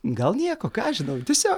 gal nieko ką aš žinau tiesiog